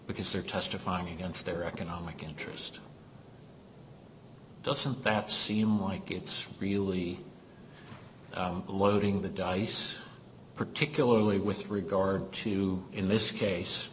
because they're testifying against their economic interest doesn't that seem like it's really loading the dice particularly with regard to in this case